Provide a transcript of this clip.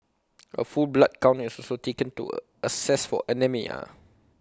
A full blood count is also taken to A assess for anaemia